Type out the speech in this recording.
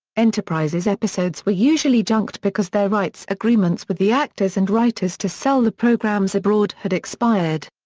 enterprises' episodes were usually junked because their rights agreements with the actors and writers to sell the programmes abroad had expired.